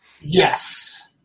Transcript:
Yes